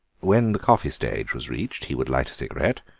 when the coffee stage was reached he would light a cigarette,